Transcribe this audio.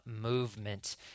movement